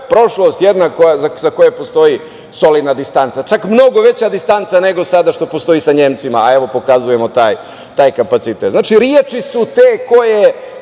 prošlost za koju postoji solidna distanca, čak mnogo veća distanca nego sada što postoji sa Nemcima, a evo pokazujem taj kapacitet. Znači, reči su te koje